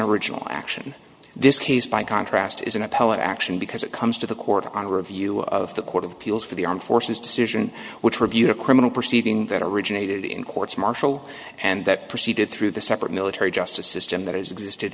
original action this case by contrast is an appellate action because it comes to the court on review of the court of appeals for the armed forces decision which reviewed a criminal proceeding that originated in courts martial and that proceeded through the separate military justice system that has existed